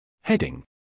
Heading